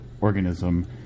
organism